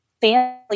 family